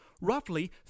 Roughly